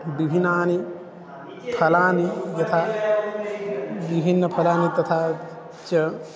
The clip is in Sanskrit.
विभिन्ननि फलानि यथा विभिन्नफलानि तथा च